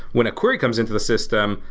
when a query comes into the system,